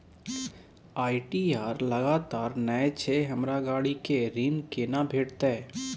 ITR लगातार नय छै हमरा गाड़ी के ऋण केना भेटतै?